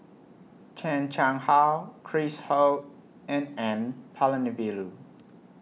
Chan Chang How Chris Ho and N Palanivelu